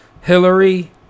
Hillary